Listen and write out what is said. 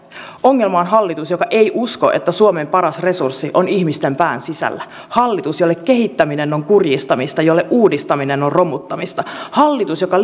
ongelma on hallitus joka ei usko että suomen paras resurssi on ihmisten pään sisällä hallitus jolle kehittäminen on kurjistamista jolle uudistaminen on romuttamista hallitus joka